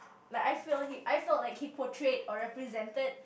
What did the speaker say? like I feel he I feel he portrayed or represented